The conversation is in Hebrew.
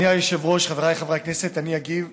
אדוני היושב-ראש, חבריי חברי הכנסת, אני אגיב